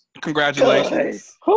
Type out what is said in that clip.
Congratulations